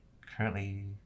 currently